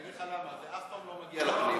אני אגיד לך למה, זה אף פעם לא מגיע לפנים.